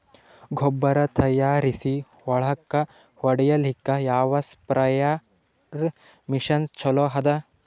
ಗೊಬ್ಬರ ತಯಾರಿಸಿ ಹೊಳ್ಳಕ ಹೊಡೇಲ್ಲಿಕ ಯಾವ ಸ್ಪ್ರಯ್ ಮಷಿನ್ ಚಲೋ ಅದ?